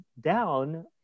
down